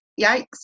yikes